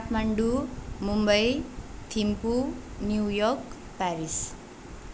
Kathmandu Mumbai Thimphu New York Paris